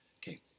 Okay